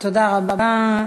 תודה רבה לך.